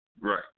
Right